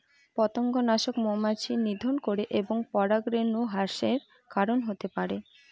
পতঙ্গনাশক মৌমাছি নিধন করে এবং পরাগরেণু হ্রাসের কারন হতে পারে